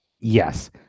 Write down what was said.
yes